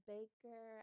Baker